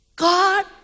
God